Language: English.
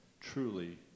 Truly